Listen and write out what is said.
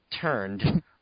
turned